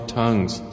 tongues